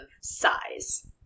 size